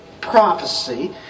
prophecy